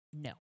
No